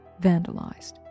vandalized